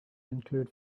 include